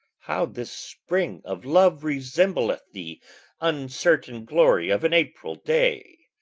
how this spring of love resembleth the uncertain glory of an april day,